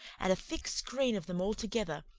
and a thick screen of them altogether,